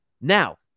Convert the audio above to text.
Now